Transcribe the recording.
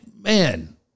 man